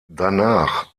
danach